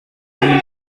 einem